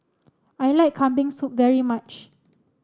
I like Kambing Soup very much